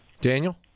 Daniel